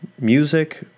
music